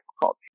difficult